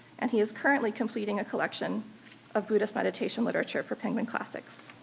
and he is currently completing a collection of buddhist meditation literature for penguin classics.